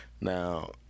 Now